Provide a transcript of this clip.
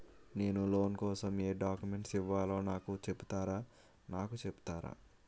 నేను లోన్ కోసం ఎం డాక్యుమెంట్స్ ఇవ్వాలో నాకు చెపుతారా నాకు చెపుతారా?